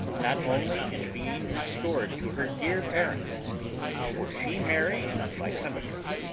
not only in being restored to her dear parents for she married lysimachus,